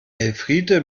elfriede